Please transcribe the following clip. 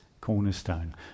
cornerstone